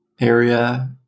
area